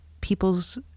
people's